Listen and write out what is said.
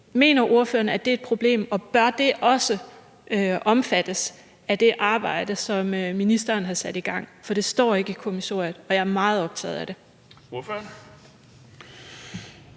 Mener ordføreren, at det er et problem? Og bør det også omfattes af det arbejde, som ministeren har sat i gang? For det står ikke i kommissoriet, og jeg er meget optaget af det.